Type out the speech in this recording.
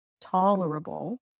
tolerable